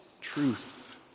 Truth